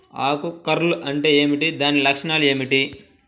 ఆకు కర్ల్ అంటే ఏమిటి? దాని లక్షణాలు ఏమిటి?